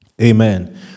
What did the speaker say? Amen